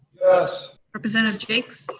yes. representative jaques?